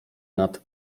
nad